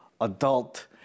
adult